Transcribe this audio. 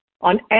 on